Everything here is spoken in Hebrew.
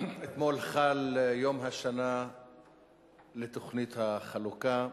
אתמול חל יום השנה לתוכנית החלוקה,